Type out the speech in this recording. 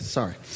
sorry